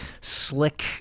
slick